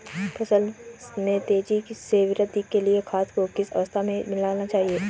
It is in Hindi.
फसल में तेज़ी से वृद्धि के लिए खाद को किस अवस्था में मिलाना चाहिए?